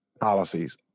policies